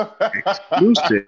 Exclusive